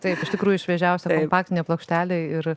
taip iš tikrųjų šviežiausia kompaktinė plokštelė ir